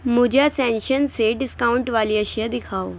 مجھے اسینشن سے ڈسکاؤنٹ والی اشیاء دکھاؤ